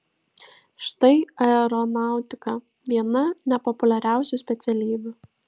štai aeronautika viena nepopuliariausių specialybių